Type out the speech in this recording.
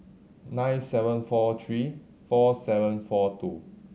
nine seven four three four seven four two